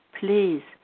please